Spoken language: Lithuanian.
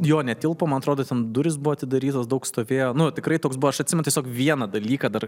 jo netilpo man atrodo ten durys buvo atidarytos daug stovėjo nu tikrai toks buvo aš atsimenu tiesiog vieną dalyką dar